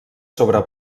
sobre